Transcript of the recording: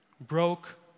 broke